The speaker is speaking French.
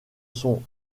son